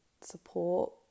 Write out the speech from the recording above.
support